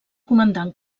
comandant